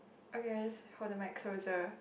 okay I just hold the mic closer